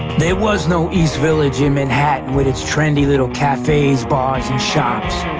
there was no east village and manhattan with its trendy little cafes, bars and shops.